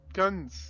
guns